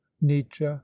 nietzsche